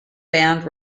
band